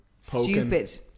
stupid